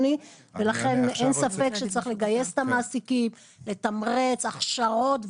אין ספק שצריך לגייס את המעסיקים, לתמרץ הכשרות.